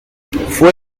fue